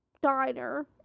diner